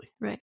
Right